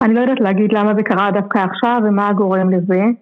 אני לא יודעת להגיד למה זה קרה דווקא עכשיו ומה גורם לזה